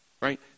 right